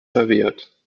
verwehrt